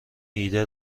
ایده